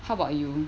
how about you